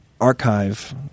archive